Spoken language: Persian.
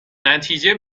نتیجه